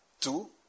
two